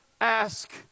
ask